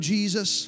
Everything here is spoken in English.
Jesus